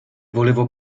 volevo